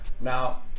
now